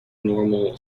normal